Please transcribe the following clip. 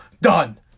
done